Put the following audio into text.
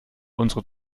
unsere